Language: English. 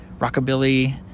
rockabilly